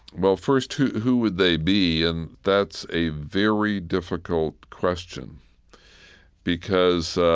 well, first, who who would they be? and that's a very difficult question because